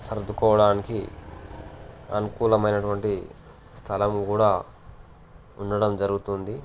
సర్దుకోవడానికి అనుకూలమైనటువంటి స్థలం కూడా ఉండడం జరుగుతుంది